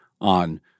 on